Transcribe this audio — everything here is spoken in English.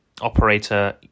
Operator